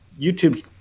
YouTube